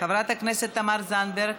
חברת הכנסת תמר זנדברג.